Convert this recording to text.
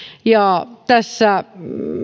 ja tässä